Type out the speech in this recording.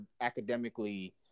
academically